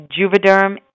Juvederm